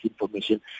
information